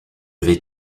vais